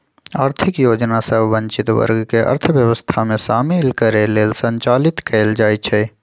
आर्थिक योजना सभ वंचित वर्ग के अर्थव्यवस्था में शामिल करे लेल संचालित कएल जाइ छइ